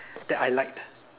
that I liked